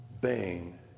Bang